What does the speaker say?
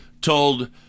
told